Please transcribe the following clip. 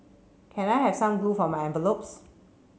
can I have some glue for my envelopes